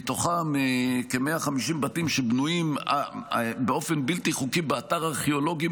מהם כ-150 בתים שבנויים באופן בלתי חוקי באתר ארכאולוגי,